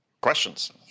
Questions